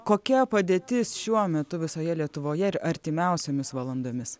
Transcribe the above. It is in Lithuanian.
kokia padėtis šiuo metu visoje lietuvoje ir artimiausiomis valandomis